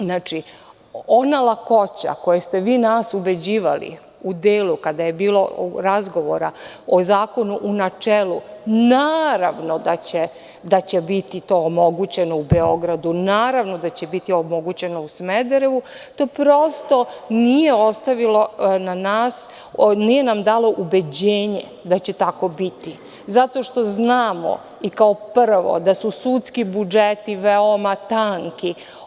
Znači, ona lakoća kojom ste vi nas ubeđivali u delu kada je bilo razgovora o zakonu u načelu - naravno da će to biti omogućeno u Beogradu, naravno da će biti omogućeno u Smederevu, to nam prosto nije dalo ubeđenje da će tako biti, zato što znamo kao prvo da su sudski budžeti veoma tanki.